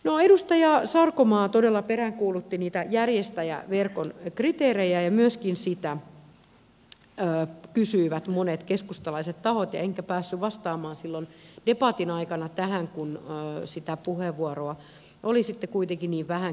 no edustaja sarkomaa todella peräänkuulutti niitä järjestäjäverkon kriteerejä ja sitä kysyivät myöskin monet keskustalaiset tahot enkä päässyt vastaamaan silloin debatin aikana tähän kun sitä puheenvuoroa oli sitten kuitenkin niin vähän käytettävissä